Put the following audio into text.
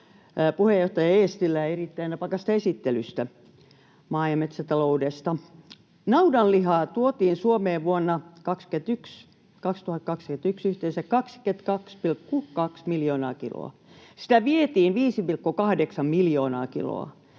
puheenjohtaja Eestilää erittäin napakasta esittelystä maa- ja metsätaloudesta. Naudanlihaa tuotiin Suomeen vuonna 2021 yhteensä 22,2 miljoonaa kiloa. Sitä vietiin 5,8 miljoonaa kiloa.